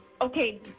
Okay